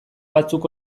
batzuk